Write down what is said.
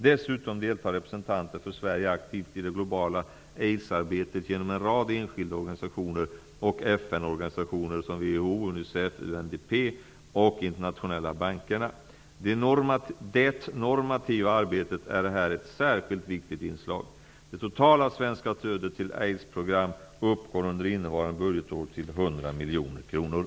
Dessutom deltar representanter för Sverige aktivt i det globala aidsarbetet genom en rad enskilda organisationer och FN-organisationer som WHO, Unicef, UNDP och de internationella bankerna. Det normativa arbetet är här ett särskilt viktigt inslag. Det totala svenska stödet till aidsprogram uppgår under innevarande budgetår till 100